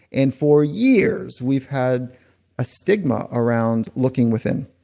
and for years we've had a stigma around looking within.